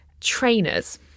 trainers